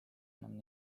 enam